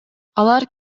алар